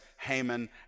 Haman